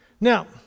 Now